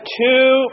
two